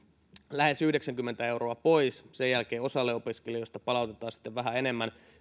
lähes yhdeksänkymmentä euroa pois sen jälkeen osalle opiskelijoista palautetaan sitten yleisenä asumistukena vähän enemmän